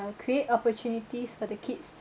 uh create opportunities for the kids